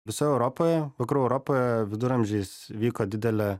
visoj europoj vakarų europoje viduramžiais vyko didelė